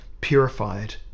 purified